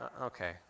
Okay